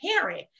parent